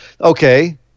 Okay